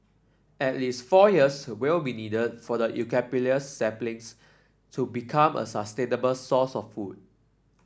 at least four years will be needed for the saplings to become a source of food